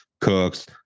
cooks